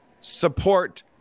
support